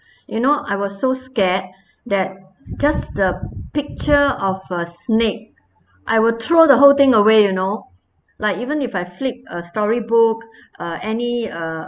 you know I was so scared that just the picture of a snake I will throw the whole thing away you know like even if I flip a storybook uh any uh